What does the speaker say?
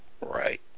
Right